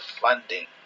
funding